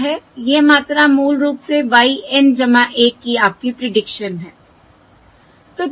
यह मात्रा मूल रूप से y N 1 की आपकी प्रीडिक्शन है